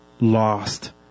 lost